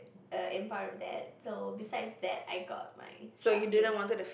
err and part of that so besides that I got my Shopkins